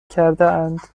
کردهاند